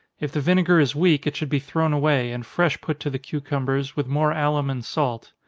if the vinegar is weak, it should be thrown away, and fresh put to the cucumbers, with more alum and salt.